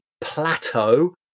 plateau